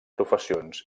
professions